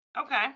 Okay